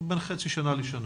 זאת אומרת בין חצי שנה לשנה.